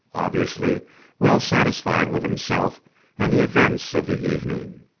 obviously well satisfied with himself and the events of the evening.